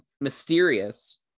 mysterious